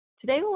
Today